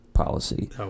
policy